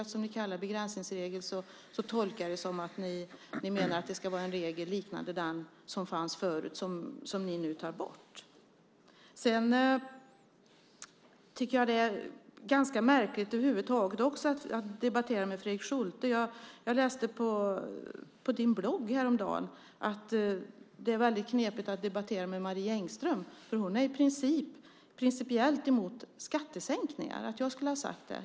Eftersom ni kallar det för begränsningsregel tolkar jag det så att ni menar att det ska vara en regel liknande den som fanns förut och som ni nu tar bort. Jag tycker över huvud taget att det är ganska märkligt att debattera med Fredrik Schulte. Jag läste på din blogg häromdagen att det är väldigt knepigt att debattera med Marie Engström, för hon är principiellt emot skattesänkningar. Jag skulle ha sagt det.